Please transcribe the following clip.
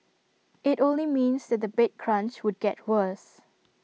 IT only means that the bed crunch would get worse